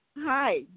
Hi